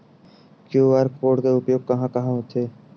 QR code के उपयोग कहां कहां होथे?